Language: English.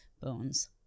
bones